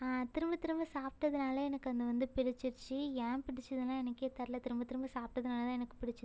திரும்ப திரும்ப சாப்பிட்டதுனால எனக்கு அது வந்து பிடிச்சிடுச்சு ஏன் பிடித்ததுன்லாம் எனக்கே தெரில திரும்பத் திரும்ப சாப்பிட்டதுனால தான் எனக்கு பிடித்தது